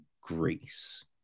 Greece